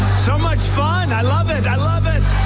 so much fun, i love it, i love it.